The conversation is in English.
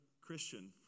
Christian